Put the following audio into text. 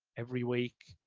every week,